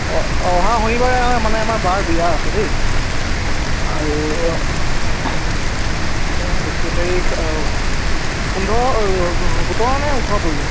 অ অহা শনিবাৰে মানে আমাৰ বাৰ বিয়া আছে দেই আৰু কেই তাৰিখ পোন্ধৰ সোতৰ নে ওঠৰ পৰিব